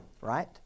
right